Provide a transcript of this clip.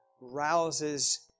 rouses